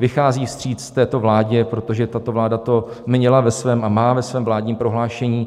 Vychází vstříc této vládě, protože tato vláda to má ve svém vládním prohlášení,